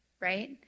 right